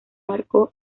marcó